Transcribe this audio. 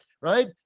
right